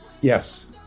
Yes